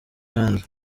hanze